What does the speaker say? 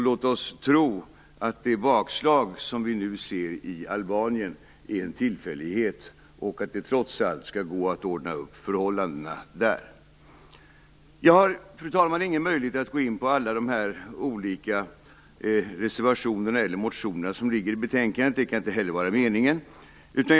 Låt oss tro att det bakslag vi nu ser i Albanien är en tillfällighet och att det trots allt skall gå att ordna upp förhållandena där. Fru talman! Jag har ingen möjlighet att gå in på alla olika reservationerna eller motionerna som finns med i betänkandet. Det kan inte heller vara meningen.